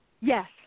Yes